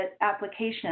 application